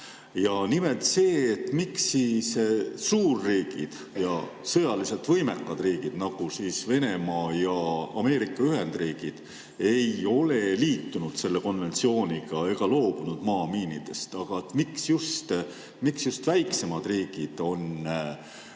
Nimelt see, miks siis suurriigid ja sõjaliselt võimekad riigid, nagu Venemaa ja Ameerika Ühendriigid, ei ole liitunud selle konventsiooniga ega loobunud maamiinidest. Miks just väiksemad riigid on